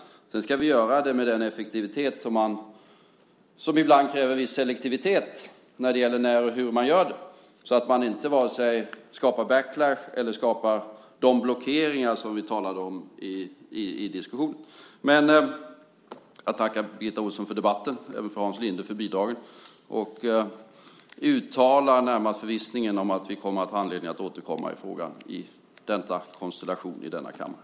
Sedan ska vi göra det med den effektivitet som ibland kräver viss selektivitet när det gäller när och hur vi gör det, så att vi inte skapar vare sig backlash eller de blockeringar i diskussionen som vi talade om. Jag tackar Birgitta Ohlsson för debatten och även Hans Linde för bidragen och uttalar närmast förvissningen om att vi kommer att ha anledning att återkomma i frågan i denna konstellation i denna kammare.